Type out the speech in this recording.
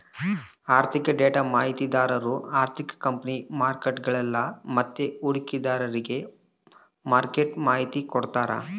ಆಋಥಿಕ ಡೇಟಾ ಮಾಹಿತಿದಾರು ಆರ್ಥಿಕ ಕಂಪನಿ ವ್ಯಾಪರಿಗುಳ್ಗೆ ಮತ್ತೆ ಹೂಡಿಕೆದಾರ್ರಿಗೆ ಮಾರ್ಕೆಟ್ದು ಮಾಹಿತಿ ಕೊಡ್ತಾರ